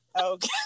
Okay